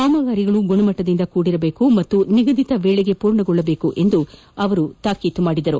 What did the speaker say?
ಕಾಮಗಾರಿಗಳು ಗುಣಮಟ್ಟದಿಂದ ಕೂಡಿರಬೇಕು ಮತ್ತು ನಿಗದಿತ ವೇಳೆಗೆ ಪೂರ್ಣಗೊಳಿಸುವಂತೆ ತಾಕೀತು ಮಾದಿದರು